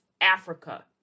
Africa